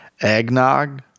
Eggnog